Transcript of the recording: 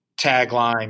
tagline